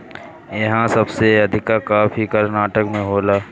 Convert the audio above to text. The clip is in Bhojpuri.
इहा सबसे अधिका कॉफ़ी कर्नाटक में होला